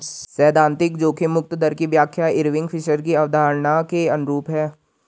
सैद्धांतिक जोखिम मुक्त दर की व्याख्या इरविंग फिशर की अवधारणा के अनुरूप है